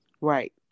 Right